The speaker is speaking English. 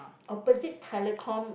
opposite telecom